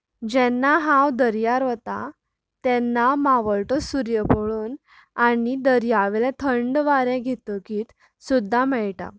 जेन्ना हांव दर्यार वतां तेन्ना मावळटो सुर्य पळोवन आनी दर्या वेले थंड वारें घेतकीत सुद्दां मेळटा